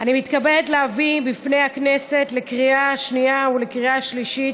אני מתכבדת להביא בפני הכנסת לקריאה שנייה ולקריאה שלישית